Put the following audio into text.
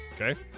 Okay